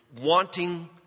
wanting